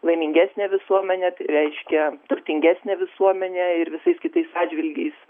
laimingesnę visuomenę tai reiškia turtingesnę visuomenę ir visais kitais atžvilgiais